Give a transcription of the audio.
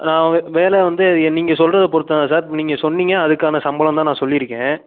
நான் வேலை வந்து நீங்கள் சொல்கிறது பொறுத்துதானே சார் நீங்கள் சொன்னீங்க அதுக்கான சம்பளம்தான் நான் சொல்லியிருக்கேன்